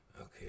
Okay